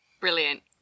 Brilliant